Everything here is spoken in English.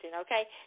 okay